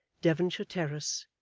devonshire terrace,